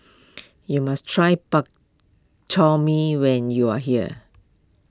you must try Bak Chor Mee when you are here